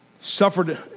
suffered